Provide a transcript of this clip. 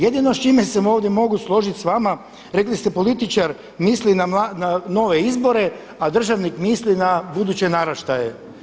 Jedino s čime se ovdje mogu složiti s vama, rekli ste političar misli na nove izbore a državnik misli na buduće naraštaje.